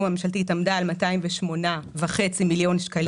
הממשלתית עמדה על 208.5 מיליון שקלים.